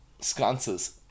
sconces